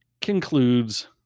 concludes